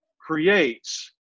creates